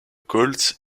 koltz